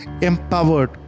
empowered